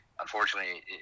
unfortunately